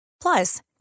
Plus